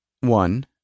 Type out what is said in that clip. one